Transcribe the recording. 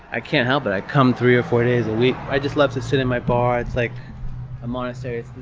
i can't help it. i come three or four days a week. i just love to sit in my bar. it's like a monastery.